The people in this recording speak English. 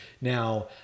Now